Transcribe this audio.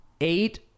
eight